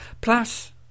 plus